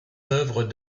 œuvres